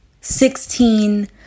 Sixteen